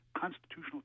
constitutional